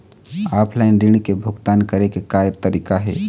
Offline ऋण के भुगतान करे के का तरीका हे?